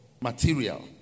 material